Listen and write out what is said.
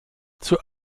zur